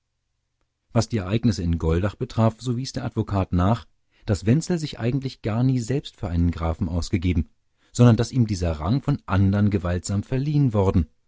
was die ereignisse in goldach betraf so wies der advokat nach daß wenzel sich eigentlich gar nie selbst für einen grafen ausgegeben sondern daß ihm dieser rang von andern gewaltsam verliehen worden